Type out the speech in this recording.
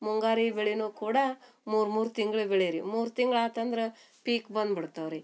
ಮುಂಗಾರಿ ಬೆಳೆನೂ ಕೂಡ ಮೂರು ಮೂರು ತಿಂಗಳು ಬೆಳೆ ರೀ ಮೂರು ತಿಂಗ್ಳು ಆತಂದ್ರೆ ಪೀಕು ಬಂದ್ಬಿಡ್ತಾವ್ ರೀ